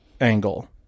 angle